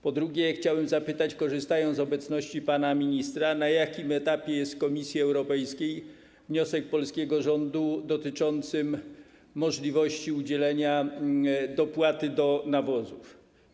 Po drugie, chciałbym zapytać, korzystając z obecności pana ministra, o to, na jakim etapie jest w Komisji Europejskiej wniosek polskiego rządu dotyczący możliwości udzielenia dopłaty do nawozów.